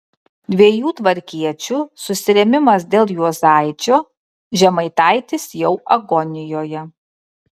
dviejų tvarkiečių susirėmimas dėl juozaičio žemaitaitis jau agonijoje